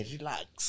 Relax